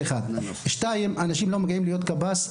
אז מקבלים אנשים לא איכותיים.